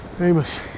Amos